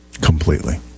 Completely